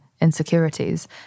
Insecurities